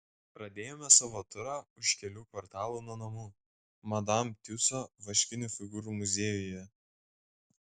pradėjome savo turą už kelių kvartalų nuo namų madam tiuso vaškinių figūrų muziejuje